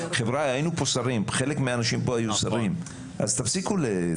חבריה, חלק מהאנשים פה היו שרים, אז תפסיקו.